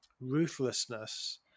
ruthlessness